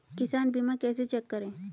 किसान बीमा कैसे चेक करें?